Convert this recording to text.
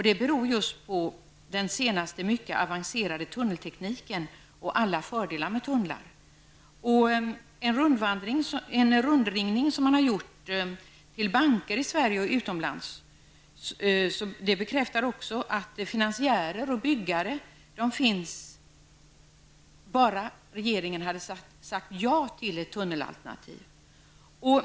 Det beror just på den senaste mycket avancerade tunneltekniken och alla fördelar med tunnlar. En rundringning som man har gjort till banker i Sverige och utomlands bekräftar också att finansiärer och byggare skulle ha funnits om bara regeringen hade sagt ja till ett tunnelalternativ.